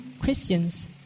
Christians